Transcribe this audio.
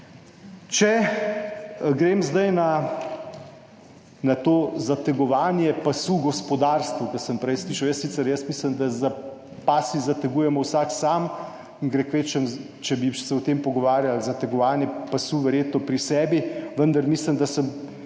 Če grem zdaj na to zategovanje pasu gospodarstvu, kot sem prej slišal. Jaz sicer mislim, da si pas zateguje vsak sam in gre kvečjemu, če bi se o tem pogovarjali, verjetno za zategovanje pasu pri sebi, vendar mislim, da sem,